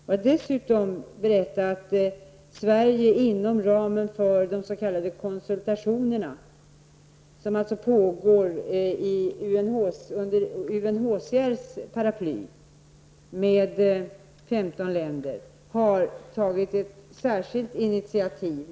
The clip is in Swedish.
Får jag dessutom berätta att Sverige inom ramen för de s.k. konsultationerna, som pågår under UNHCRs paraply med 15 länder, har tagit ett särskilt initiativ.